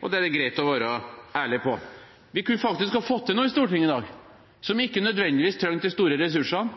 være ærlig på. Vi kunne faktisk fått til noe i Stortinget i dag som ikke nødvendigvis hadde trengt de store ressursene,